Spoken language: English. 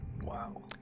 Wow